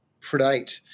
predate